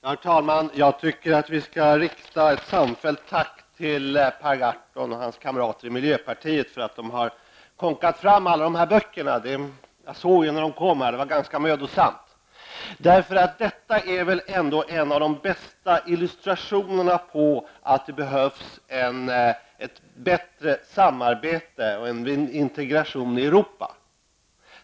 Herr talman! Jag tycker att vi skall rikta ett samfällt tack till Per Gahrton och hans kamrater i miljöpartiet för att de har kånkat fram alla de här böckerna. Jag såg när de kom; det var ganska mödosamt. Detta är väl ändå en av de bästa illustrationerna till att det behövs ett bättre samarbete och en integration i Europa.